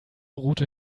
route